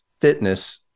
fitness